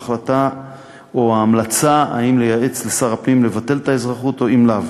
החלטה או המלצה אם לייעץ לשר הפנים לבטל את האזרחות או לא.